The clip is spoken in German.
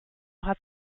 hat